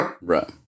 Right